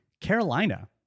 Carolina